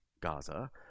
Gaza